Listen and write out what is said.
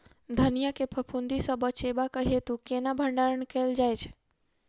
धनिया केँ फफूंदी सऽ बचेबाक हेतु केना भण्डारण कैल जाए?